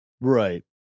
Right